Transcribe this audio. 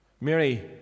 Mary